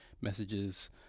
messages